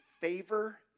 favor